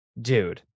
dude